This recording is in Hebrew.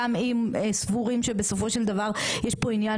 גם אם סבורים שבסופו של דבר יש פה עניין